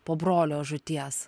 po brolio žūties